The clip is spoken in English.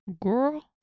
Girl